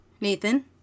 Nathan